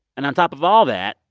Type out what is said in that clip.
and on top of all that,